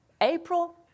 April